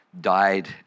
died